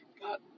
God